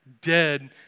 Dead